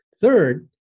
Third